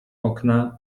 okna